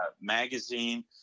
magazine